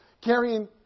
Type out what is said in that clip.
carrying